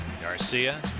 Garcia